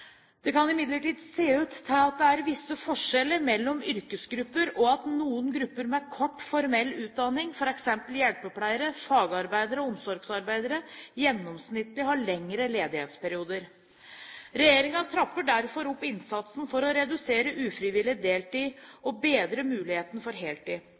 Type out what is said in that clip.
Det kan imidlertid se ut til at det er visse forskjeller mellom yrkesgrupper, og at noen grupper med kort formell utdanning, f.eks. hjelpepleiere, fagarbeidere og omsorgsarbeidere, gjennomsnittlig har lengre ledighetsperioder. Regjeringen trapper derfor opp innsatsen for å redusere ufrivillig deltid og bedre muligheten for heltid.